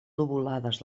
lobulades